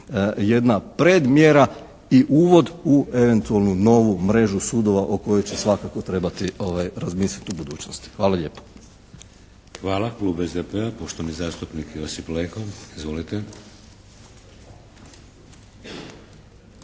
jedna predmjera i uvod u eventualno novu mrežu sudova o kojoj će svakako trebati razmisliti u budućnosti. Hvala lijepo. **Šeks, Vladimir (HDZ)** Hvala. Klub SDP-a poštovani zastupnik Josip Leko. Izvolite.